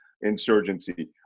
insurgency